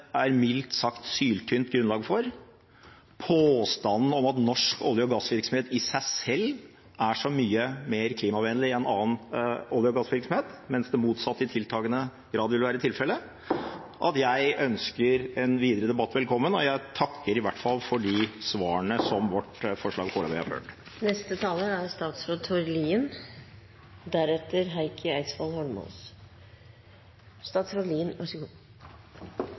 er mildt sagt syltynt grunnlag for, og påstanden om at norsk olje- og gassvirksomhet i seg selv er så mye mer klimavennlig enn annen olje- og gassvirksomhet, mens det motsatte i tiltagende grad vil være tilfelle. Jeg ønsker en videre debatt velkommen, og jeg takker i hvert fall for de svarene som vårt forslag foreløpig har ført til. Petroleumsvirksomheten er